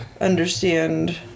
Understand